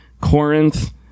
Corinth